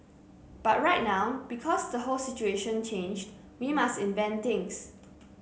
but right now because the whole situation changed we must invent things